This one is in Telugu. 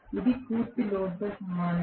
ఇది పూర్తి లోడ్తో సమానం